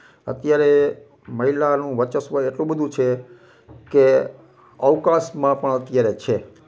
અત્યારે મહિલાનું વર્ચસ્વ એટલું બધું છે કે અવકાશમાં પણ અત્યારે છે